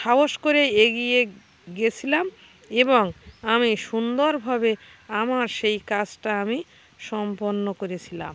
সাহস করে এগিয়ে গেছিলাম এবং আমি সুন্দরভাবে আমার সেই কাজটা আমি সম্পন্ন করেছিলাম